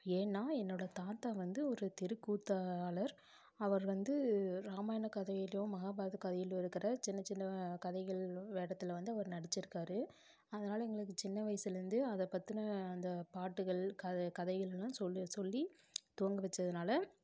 ஏன்னா என்னோடய தாத்தா வந்து ஒரு தெரு கூத்தாளர் அவர் வந்து ராமாயண கதையிலும் மகாபாரத கதையிலும் இருக்கிற சின்ன சின்ன கதைகள் வேடத்தில் வந்து அவர் நடிச்சிருக்கார் அதனால் எங்களுக்கு சின்ன வயதில இருந்து அதை பற்றின அந்த பாட்டுகள் கதை கதைகளெல்லாம் சொல்லி சொல்லி தூங்க வச்சதனால